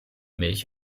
milch